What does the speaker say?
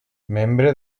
membre